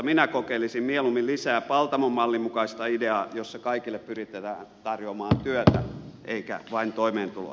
minä kokeilisin mieluummin lisää paltamon mallin mukaista ideaa jossa kaikille pyritään tarjoamaan työtä eikä vain toimeentuloa